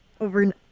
Over